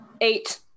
eight